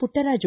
Puttaraju